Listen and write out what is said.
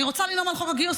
אני רוצה לנאום על חוק הגיוס,